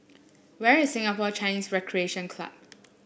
where is Singapore Chinese Recreation Club